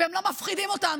והם לא מפחידים אותנו.